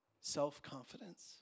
self-confidence